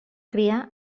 criar